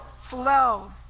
flow